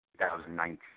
2019